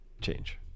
change